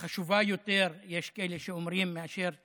ויש שאומרים חשובה יותר מאשר בעבר,